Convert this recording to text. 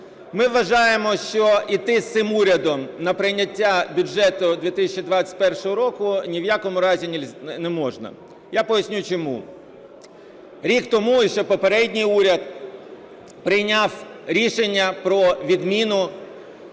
Ми вважаємо, що іти з цим урядом на прийняття бюджету 2021 року ні в якому разі не можна. Я поясню чому. Рік тому ще попередній уряд прийняв рішення про відміну